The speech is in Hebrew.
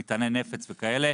מטעני נפץ וכולי,